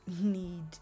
need